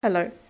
Hello